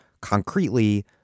concretely